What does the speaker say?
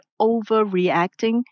overreacting